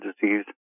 disease